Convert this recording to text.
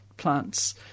plants